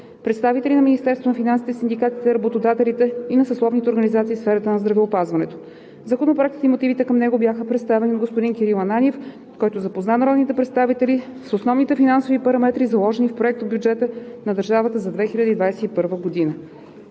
на финансите; синдикатите; работодателите; и на съсловните организации в сферата на здравеопазването. Законопроектът и мотивите към него бяха представени от господин Кирил Ананиев, който запозна народните представители с основните финансови параметри, заложени в Проектобюджета на държавата за 2021 г.